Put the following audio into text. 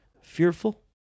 fearful